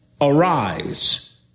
Arise